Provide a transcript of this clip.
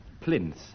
Plinth